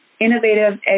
innovative